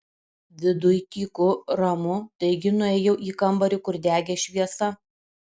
viduj tyku ramu taigi nuėjau į kambarį kur degė šviesa